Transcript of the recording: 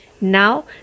Now